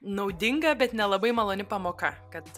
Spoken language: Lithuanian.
naudinga bet nelabai maloni pamoka kad